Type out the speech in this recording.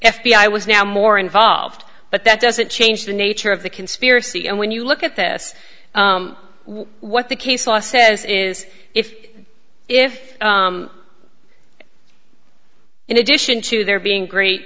i was now more involved but that doesn't change the nature of the conspiracy and when you look at this what the case law says is if if in addition to there being great